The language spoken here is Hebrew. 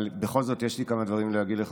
אבל בכל זאת יש לי כמה דברים להגיד לך,